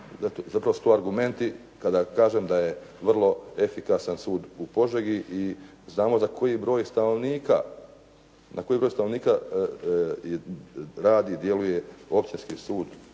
da kroz te argumente kada kažem da je vrlo efikasan sud u Požegi i znamo za koji broj stanovnika, na koji broj stanovnika